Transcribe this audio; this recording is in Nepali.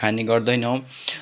खाने गर्दैनौँ